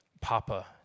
Papa